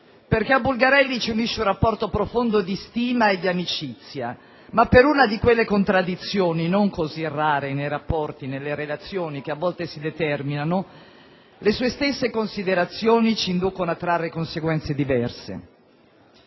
perché a Bulgarelli ci unisce un rapporto profondo di stima e di amicizia, ma per una di quelle contraddizioni non così rare nei rapporti e nelle relazioni, che a volte si determinano, le sue stesse considerazioni ci inducono a trarre conseguenze diverse.